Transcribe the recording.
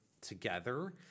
together